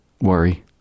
Worry